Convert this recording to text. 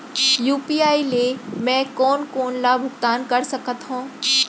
UPI ले मैं कोन कोन ला भुगतान कर सकत हओं?